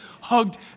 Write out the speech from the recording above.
hugged